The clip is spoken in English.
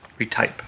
Retype